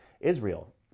Israel